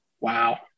Wow